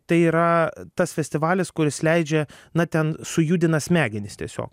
tai yra tas festivalis kuris leidžia na ten sujudina smegenis tiesiog